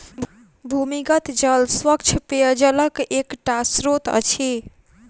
भूमिगत जल स्वच्छ पेयजलक एकटा स्त्रोत अछि